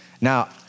Now